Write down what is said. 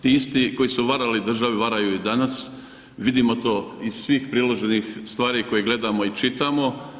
Ti isti koji su varali u državi, varaju i danas, vidimo to iz svih priloženih stvari koje vidimo i čitamo.